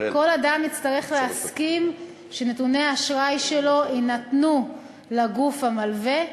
כל אדם יצטרך להסכים שנתוני האשראי שלו יינתנו לגוף המלווה,